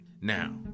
Now